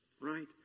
right